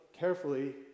carefully